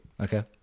Okay